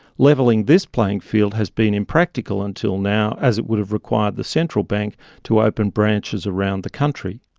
levelling this playing field has been impractical until now as it would have required the central bank to open branches around the country.